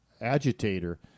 agitator